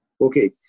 Okay